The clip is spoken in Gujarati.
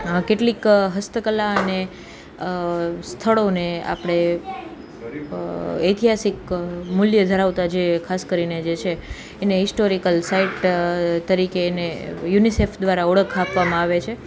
કેટલીક હસ્તકલા અને સ્થળોને આપણે ઐતિહાસિક મૂલ્ય ધરાવતા જે ખાસ કરીને જે છે એની હિસ્ટોરિકલ સાઇટ તરીકે એને યુનિસેફ દ્વારા ઓળખ આપવામાં આવે છે